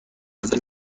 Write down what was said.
ازم